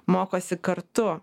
mokosi kartu